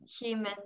humans